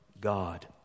God